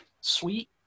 sweet